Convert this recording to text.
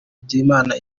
bigirimana